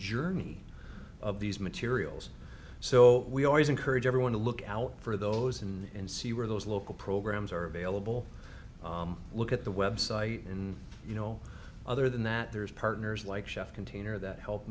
journey of these materials so we always encourage everyone to look out for those and see where those local programs are available look at the website and you know other than that there's partners like chef container that help